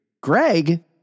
Greg